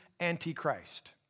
antichrist